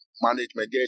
management